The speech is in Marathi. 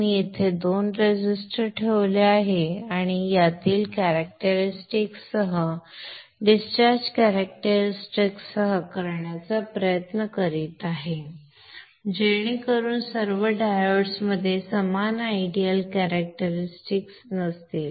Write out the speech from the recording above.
मी येथे दोन रेझिस्टर ठेवले आहेत आणि यातील करॅक्टरिस्स्टिक डिस्टार्ट करॅक्टरिस्स्टिक करण्याचा प्रयत्न करीत आहे जेणेकरुन सर्व डायोड्समध्ये समान आयडियल करॅक्टरिस्स्टिक नसतील